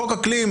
חוק אקלים,